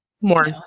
More